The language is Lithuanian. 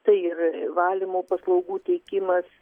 tai ir valymo paslaugų teikimas